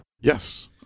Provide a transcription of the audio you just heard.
Yes